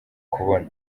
kubona